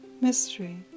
Mystery